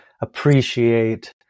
appreciate